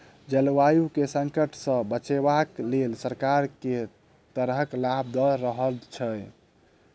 जलवायु केँ संकट सऽ बचाबै केँ लेल सरकार केँ तरहक लाभ दऽ रहल छै?